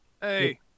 Hey